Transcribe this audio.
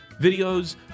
videos